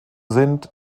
sind